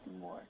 more